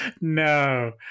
no